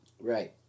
Right